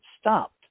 stopped